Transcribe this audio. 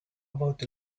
about